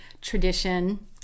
tradition